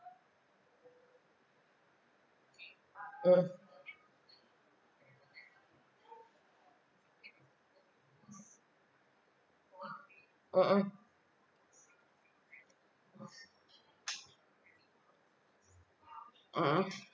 mm mm mm mm mm mm